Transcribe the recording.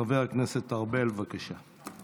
חבר הכנסת ארבל, בבקשה.